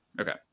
Okay